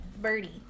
birdie